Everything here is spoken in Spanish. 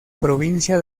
provincia